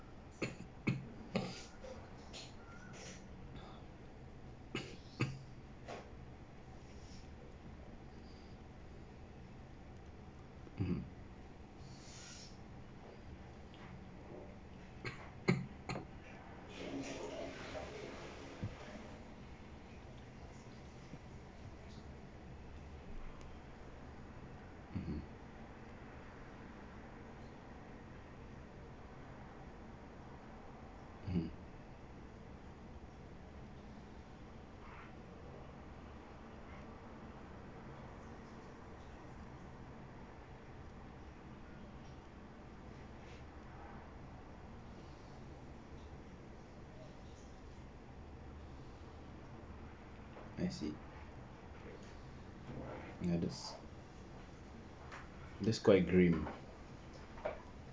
I see ya that's quite grey